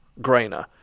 Grainer